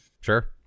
Sure